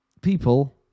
people